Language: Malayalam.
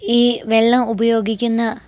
ഈ വെള്ളം ഉപയോഗിക്കുന്ന